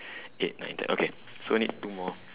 eight nine ten okay so we need two more